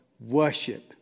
Worship